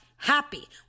happy